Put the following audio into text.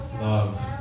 love